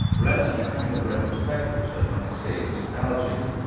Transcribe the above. rests on a kind of retrospective, so as not to say nostalgic,